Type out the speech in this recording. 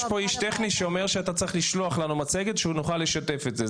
יש פה איש טכני שאומר שאתה צריך לשלוח לנו מצגת שנוכל לשתף את זה,